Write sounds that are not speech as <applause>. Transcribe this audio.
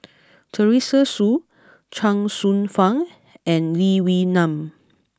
<noise> Teresa Hsu <noise> Chuang Hsueh Fang and Lee Wee Nam